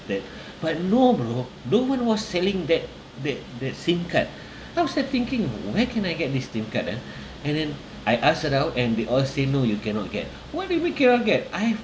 but no bro no one was selling that that that sim card I was there thinking bro where can I get this sim card ah and then I ask it out and they all say no you cannot get what do you mean cannot get I've